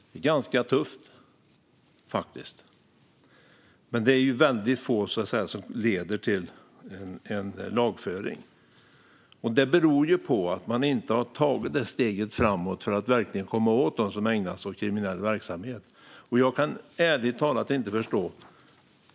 Det är ganska tufft, men det är få fall som leder till lagföring. Detta beror på att man inte har tagit steg framåt för att verkligen komma åt dem som ägnar sig åt kriminell verksamhet. Jag kan ärligt talat inte förstå detta.